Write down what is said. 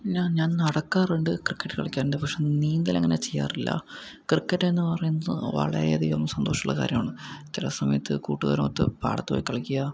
ഞാൻ നടക്കാറുണ്ട് ക്രിക്കറ്റ് കളിക്കാറുണ്ട് പക്ഷെ നീന്തലങ്ങനെ ചെയ്യാറില്ല ക്രിക്കറ്റെന്നു പറയുന്നത് വളരെയധികം സന്തോഷമുള്ള കാര്യമാണ് ചില സമയത്ത് കൂട്ടുകാരുമൊത്ത് പാടത്ത് പോയി കളിക്കുക